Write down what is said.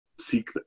seek